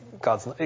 gods